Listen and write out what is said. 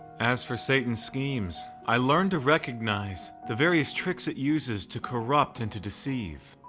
as for satan's schemes, i learned to recognize the various tricks it uses to corrupt and to deceive.